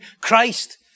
Christ